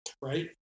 right